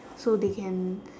so they can